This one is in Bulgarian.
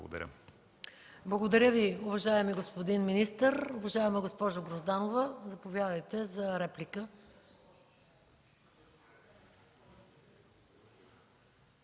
Благодаря Ви, уважаеми господин министър. Уважаема госпожо Грозданова, заповядайте за реплика.